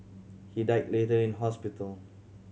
he died later in hospital